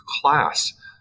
class